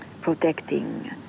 protecting